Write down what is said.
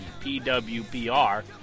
PWPR